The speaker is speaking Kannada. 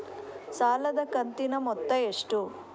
ಸಾಲದ ಕಂತಿನ ಮೊತ್ತ ಎಷ್ಟು?